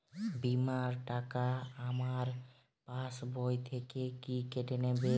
বিমার টাকা আমার পাশ বই থেকে কি কেটে নেবে?